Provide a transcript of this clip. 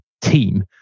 team